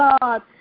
God